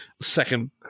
Second